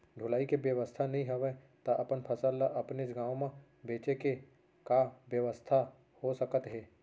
ढुलाई के बेवस्था नई हवय ता अपन फसल ला अपनेच गांव मा बेचे के का बेवस्था हो सकत हे?